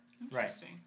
Interesting